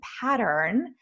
pattern